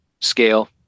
scale